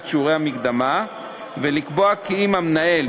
שיעורי המקדמה ולקבוע כי אם המנהל